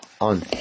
on